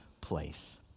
place